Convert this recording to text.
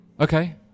Okay